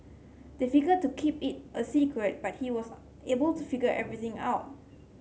they figure to keep it a secret but he was able to figure everything out